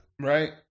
Right